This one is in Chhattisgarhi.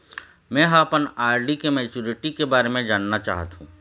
में ह अपन आर.डी के मैच्युरिटी के बारे में जानना चाहथों